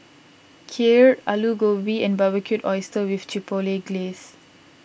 Kheer Alu Gobi and Barbecued Oysters with Chipotle Glaze